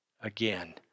again